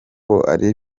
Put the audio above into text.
ari